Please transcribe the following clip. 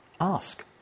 ask